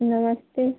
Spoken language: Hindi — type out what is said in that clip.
नमस्ते